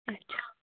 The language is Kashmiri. اچھ